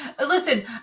Listen